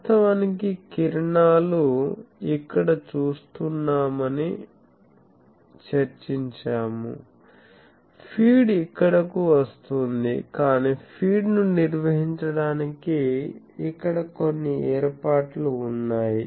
వాస్తవానికి కిరణాలు ఇక్కడ చూస్తున్నామని చర్చించాము ఫీడ్ ఇక్కడకు వస్తోంది కాని ఫీడ్ ను నిర్వహించడానికి ఇక్కడ కొన్ని ఏర్పాట్లు ఉన్నాయి